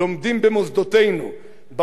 באוניברסיטה באריאל,